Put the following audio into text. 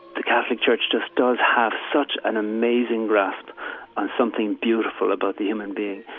the catholic church just does have such an amazing grasp on something beautiful about the human being,